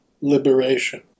liberation